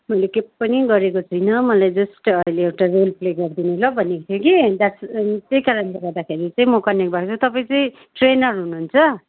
मैले के पनि गरेको छुइनँ मलाई जस्ट अहिले एउटा रोलप्ले गरिदिनु ल भनेको थियो कि द्याट त्यही कारणले गर्दाखेरि चाहिँ म कनेक्ट गरेरतपाईँ चाहिँ ट्रेनर हुनुहुन्छ